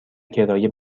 کرایه